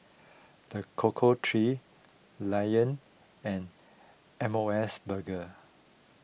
the Cocoa Trees Lion and M O S Burger